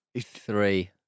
Three